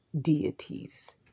deities